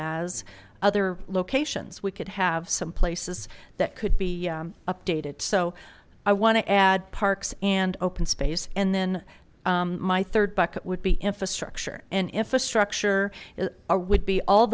as other locations we could have some places that could be updated so i want to add parks and open space and then my third bucket would be infrastructure and infrastructure our would be all